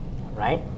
right